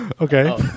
Okay